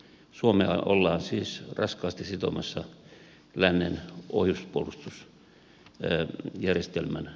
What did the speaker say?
suomea ollaan siis raskaasti sitomassa lännen ohjuspuolustusjärjestelmän osaksi